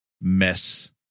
mess